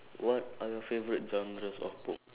what are your favourite genres of book